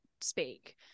speak